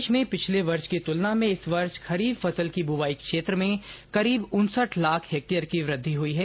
देश में पिछले वर्ष की तुलना में इस वर्ष खरीफ फसल के बुवाई क्षेत्र में करीब उनसठ लाख हेक्टेयर की वृद्वि हई है